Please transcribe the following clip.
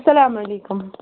اَسَلامُ علیکُم